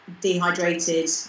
dehydrated